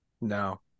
No